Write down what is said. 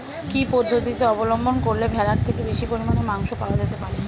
কি পদ্ধতিতে অবলম্বন করলে ভেড়ার থেকে বেশি পরিমাণে মাংস পাওয়া যেতে পারে?